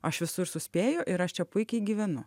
aš visur suspėju ir aš čia puikiai gyvenu